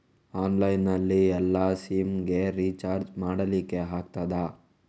Online ನಲ್ಲಿ ಎಲ್ಲಾ sim ಗೆ ರಿಚಾರ್ಜ್ ಮಾಡಲಿಕ್ಕೆ ಆಗ್ತದಾ?